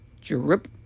Drip